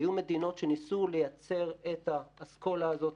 היו מדינות שניסו לייצר את האסכולה הזאת